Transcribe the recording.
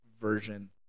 version